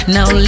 Now